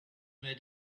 made